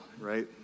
right